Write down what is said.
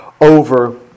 over